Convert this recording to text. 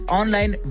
online